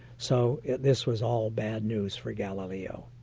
so this was all bad news for galileo.